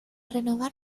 renovar